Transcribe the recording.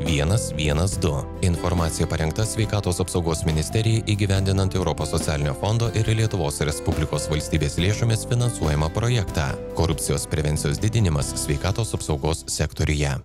vienas vienas du informacija parengta sveikatos apsaugos ministerijai įgyvendinant europos socialinio fondo ir lietuvos respublikos valstybės lėšomis finansuojamą projektą korupcijos prevencijos didinimas sveikatos apsaugos sektoriuje